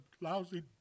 lousy